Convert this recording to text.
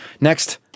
Next